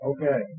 Okay